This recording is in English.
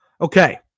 okay